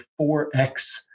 4X